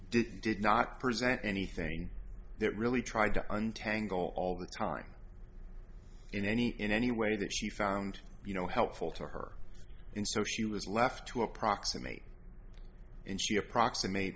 did did not present anything that really tried to untangle all the time in any in any way that she found you know helpful to her and so she was left to approximate and she approximate